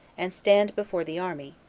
and stand before the army,